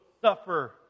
suffer